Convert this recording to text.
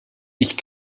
ich